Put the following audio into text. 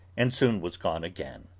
and soon was gone again.